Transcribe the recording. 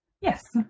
yes